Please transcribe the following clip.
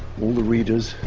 all the readers,